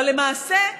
אבל למעשה,